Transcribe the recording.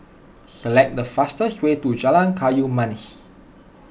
select the fastest way to Jalan Kayu Manis